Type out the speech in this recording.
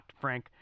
Frank